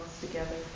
together